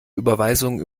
überweisungen